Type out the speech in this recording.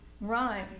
Right